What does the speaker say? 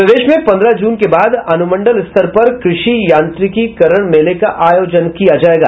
प्रदेश में पन्द्रह जून के बाद अनुमंडल स्तर पर कृषि यांत्रिकीकरण मेले का आयोजन किया जायेगा